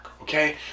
okay